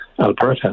Alberta